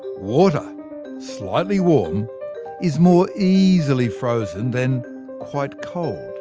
water slightly warm is more easily frozen than quite cold.